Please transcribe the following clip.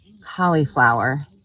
cauliflower